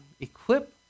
equip